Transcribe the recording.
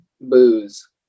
booze